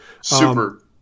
Super